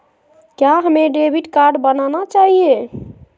क्या हमें debit card बनाना चाहिए?